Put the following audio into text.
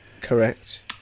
Correct